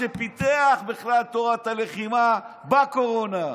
שפיתח בכלל את תורת לחימה בקורונה.